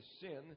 sin